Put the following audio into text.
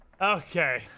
Okay